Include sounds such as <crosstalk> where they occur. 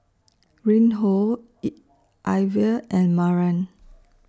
Reinhold <unintelligible> Iver and Maren